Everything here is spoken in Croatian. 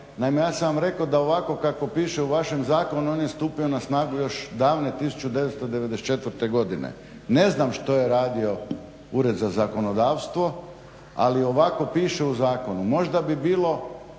Naime, ja sam vam rekao da ovako kako piše u vašem zakonu on je stupio na snagu još davne 1994. godine. Ne znam što je radio Ured za zakonodavstvo, ali ovako piše u zakonu. Možda bi bilo